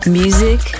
music